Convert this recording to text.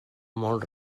molt